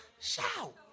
shout